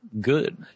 good